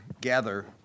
gather